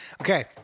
okay